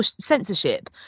censorship